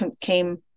came